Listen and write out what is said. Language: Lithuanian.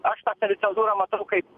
aš tą savicencūrą matau kaip